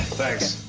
thanks.